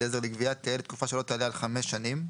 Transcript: עזר לגבייה תהא לתקופה שלא תעלה על חמש שנים,